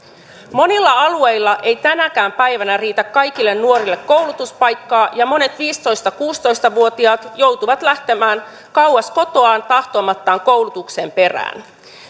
monilla alueilla ei tänäkään päivänä riitä kaikille nuorille koulutuspaikkaa ja monet viisitoista viiva kuusitoista vuotiaat joutuvat lähtemään kauas kotoaan tahtomattaan koulutuksen perään